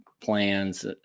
plans